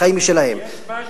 חיים משלהם.